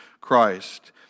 Christ